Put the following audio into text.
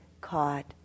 caught